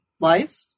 life